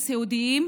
כמה זמן,